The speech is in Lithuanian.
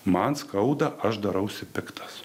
man skauda aš darausi piktas